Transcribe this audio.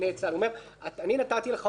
אומר: אני נתתי לך הוראות,